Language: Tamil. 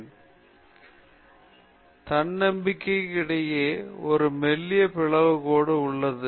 திமிர்த்தனத்திற்கும் தன்னம்பிக்கைக்கும் இடையே ஒரு மெல்லிய பிளவுக் கோடு உள்ளது